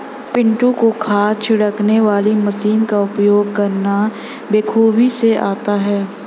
पिंटू को खाद छिड़कने वाली मशीन का उपयोग करना बेखूबी से आता है